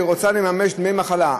ורוצה לממש דמי מחלה,